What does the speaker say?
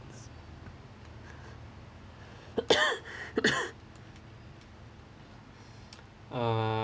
uh